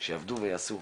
שיעבדו ויעשו.